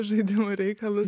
žaidimo reikalus